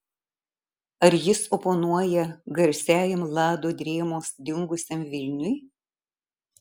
ar jis oponuoja garsiajam vlado drėmos dingusiam vilniui